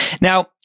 Now